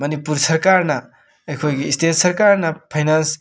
ꯃꯅꯤꯄꯨꯔ ꯁꯔꯀꯥꯔꯅ ꯑꯩꯈꯣꯏꯒꯤ ꯏꯁꯇꯦꯠ ꯁꯔꯀꯥꯔꯅ ꯐꯥꯏꯅꯥꯟꯁ